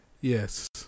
yes